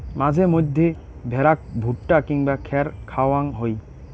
মাঝে মইধ্যে ভ্যাড়াক ভুট্টা কিংবা খ্যার খাওয়াং হই